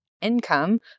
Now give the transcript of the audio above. income